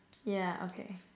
yeah okay